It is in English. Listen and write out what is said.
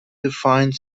defined